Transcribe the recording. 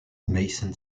mason